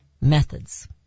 Methods